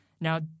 Now